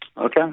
Okay